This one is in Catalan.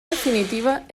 definitiva